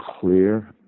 clear